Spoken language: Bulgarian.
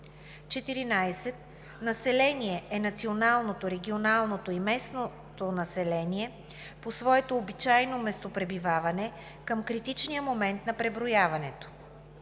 14. „Население“ е националното, регионалното и местното население по своето обичайно местопребиваване към критичния момент на преброяването.